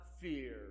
fear